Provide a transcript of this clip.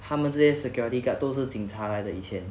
他们这些 security guard 都是警察来的以前